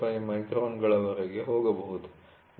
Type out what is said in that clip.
05 ಮೈಕ್ರಾನ್ಗಳವರೆಗೆ ಹೋಗಬಹುದು